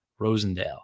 Rosendale